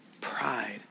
Pride